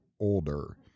older